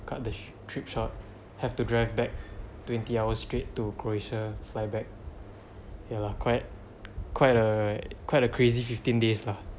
cut the ch~ trip short have to drive back twenty hours straight to croatia fly back ya lah quite quite a quite a crazy fifteen days lah